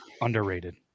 underrated